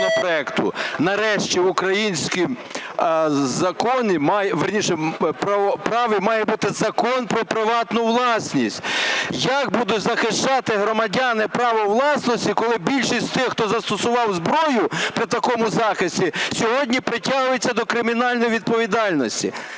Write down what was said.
Нарешті в українському законі… вірніше, праві має бути закон про приватну власність. Як будуть захищати громадяни право власності, коли більшість з тих, хто застосував зброю при такому захисті, сьогодні притягуються до кримінальної відповідальності?